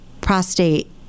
prostate